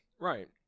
Right